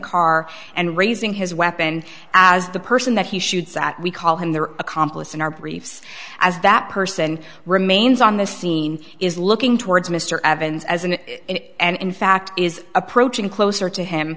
car and raising his weapon as the person that he shoots at we call him there accomplice in our briefs as that person remains on the scene is looking towards mr evans as an and in fact is approaching closer to him